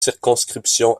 circonscription